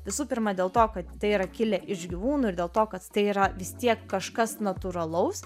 visų pirma dėl to kad tai yra kilę iš gyvūnų ir dėl to kad tai yra vis tiek kažkas natūralaus